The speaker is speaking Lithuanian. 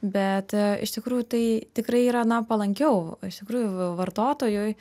bet iš tikrųjų tai tikrai yra na palankiau iš tikrųjų vartotojui